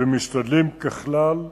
וככלל,